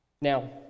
Now